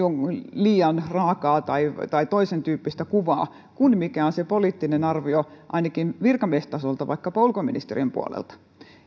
liian raakaa tai tai toisentyyppistä kuvaa kuin mikä on se poliittinen arvio ainakin virkamiestasolta vaikkapa ulkoministeriön puolelta